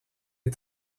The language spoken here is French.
est